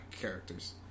characters